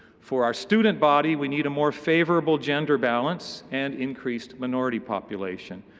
for our student body, we need a more favorable gender balance and increased minority population.